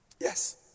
Yes